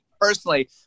personally